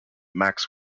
max